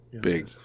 Big